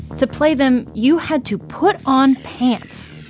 to play them, you had to put on pants,